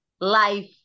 life